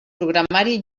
programari